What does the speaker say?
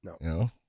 No